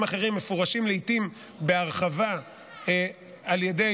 אחרים מפורשים לעיתים בהרחבה על ידי